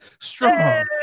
strong